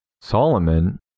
Solomon